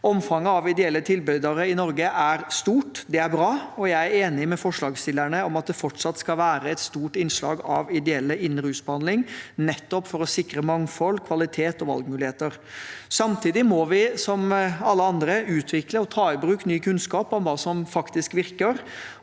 Omfanget av ideelle tilbydere i Norge er stort. Det er bra, og jeg er enig med forslagsstillerne om at det fortsatt skal være et stort innslag av ideelle innen rusbehandling, nettopp for å sikre mangfold, kvalitet og valgmuligheter. Samtidig må vi, som alle andre, utvikle og ta i bruk ny kunnskap om hva som faktisk virker,